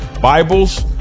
Bibles